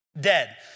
dead